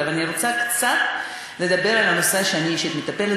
אבל אני רוצה לדבר קצת על הנושא שאני אישית מטפלת